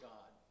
God